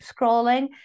scrolling